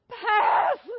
pass